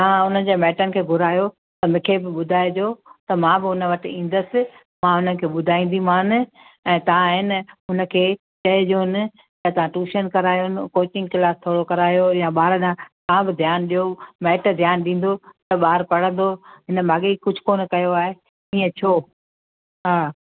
तव्हां उनजे माइटनि खे घुरायो मूंखे बि ॿुधाइजो त मां उन वटि ईंदसि मां उन्हनि खे ॿुधाईंदीमान ऐं तव्हां आहे न उनखे चइजोन तव्हां टूशन करायोन कोचिंग क्लास थोरो करायो या ॿार ॾां तव्हां बि ध्यानु ॾियो माइट ध्यानु ॾींदो त ॿार पढ़ंदो हिन माॻेई कुझु कोन्ह कयो आहे ईअं छो हा